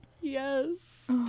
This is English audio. yes